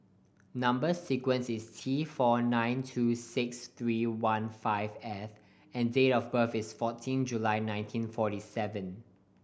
number sequence is T four nine two six three one five F and date of birth is fourteen July nineteen forty seven